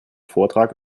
vortrag